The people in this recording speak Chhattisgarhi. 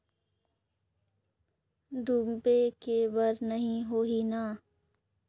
डूबे के बर नहीं होही न?